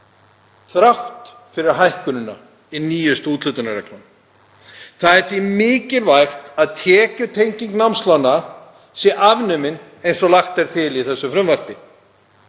þrátt fyrir hækkunina í nýjustu úthlutunarreglunum. Það er því mikilvægt að tekjutenging námslána sé afnumin eins og lagt er til í þessu frumvarpi.